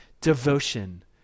devotion